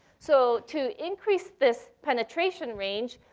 so, to increase this penetration range,